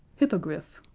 hippogriff,